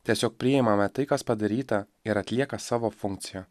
tiesiog priimame tai kas padaryta ir atlieka savo funkciją